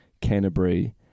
Canterbury